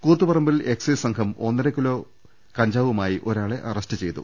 കൂത്തുപറമ്പിൽ excise സംഘം ഒന്നര കിലോഗ്രാമിലേറെ കഞ്ചാവുമായി ഒരാളെ അറസ്റ്റ് ചെയ്തു